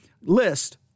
list